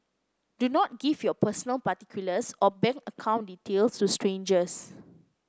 do not give your personal particulars or bank account details to strangers